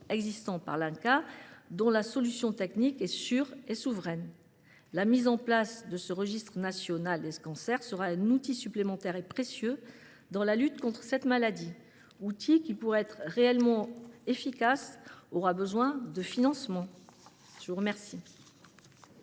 existants par l'Institut, dont la solution technique est sûre et souveraine. La mise en place de ce registre national des cancers sera un outil supplémentaire et précieux dans la lutte contre cette maladie. Pour être réellement efficace, l'outil aura besoin de financements. La parole